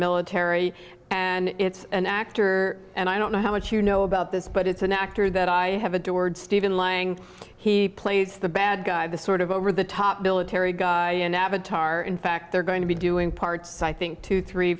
military and it's an actor and i don't know how much you know about this but it's an actor that i have adored stephen lang he plays the bad guy the sort of over the top military guy and avatar in fact they're going to be doing parts i think two three